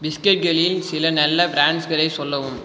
பிஸ்கட்களில் சில நல்ல பிராண்ட்ஸ்களை சொல்லவும்